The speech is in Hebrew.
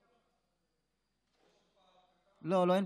לא, לא.